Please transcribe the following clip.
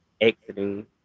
exiting